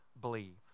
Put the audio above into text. believe